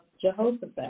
Jehoshaphat